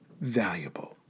valuable